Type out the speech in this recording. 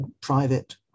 private